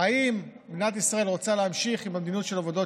האם מדינת ישראל רוצה להמשיך עם המדיניות של עבודות